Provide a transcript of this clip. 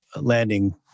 landing